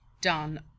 done